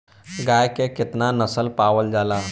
गाय के केतना नस्ल पावल जाला?